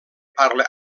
parla